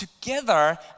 together